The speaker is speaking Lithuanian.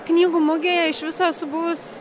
knygų mugėje iš viso esu buvus